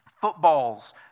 footballs